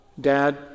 Dad